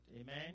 Amen